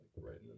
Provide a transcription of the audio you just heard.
right